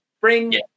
Bring